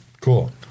Cool